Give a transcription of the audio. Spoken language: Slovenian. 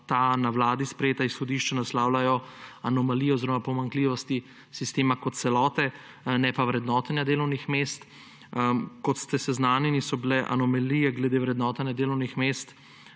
ta na vladi sprejeta izhodišča naslavljajo anomalije oziroma pomanjkljivosti sistema kot celote, ne pa vrednotenja delovnih mest. Kot ste seznanjeni, so bile anomalije glede vrednotenja delovnih mest